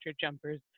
jumpers